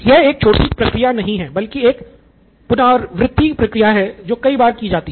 यह एक छोटी प्रक्रिया नहीं है बल्कि एक पुनरावृत्ति प्रक्रिया है जो कई बार की जाती है